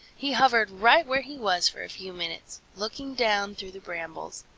he hovered right where he was for a few minutes, looking down through the brambles.